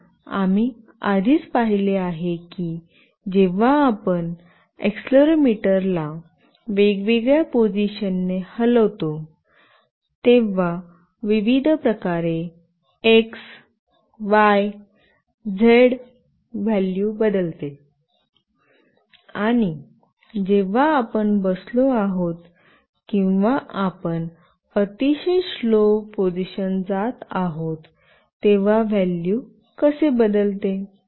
म्हणून आम्ही आधीच पाहिले आहे की जेव्हा आपण एक्सेलेरोमीटर ला वेगवेगळ्या पोझिशन ने हलवतो तेव्हा विविध प्रकारे X Y Z व्हॅल्यू बदलते आणि जेव्हा आपण बसलो आहोत किंवा आपण अतिशय स्लो पोझिशन जात आहोत तेव्हा व्हॅल्यू कसे बदलते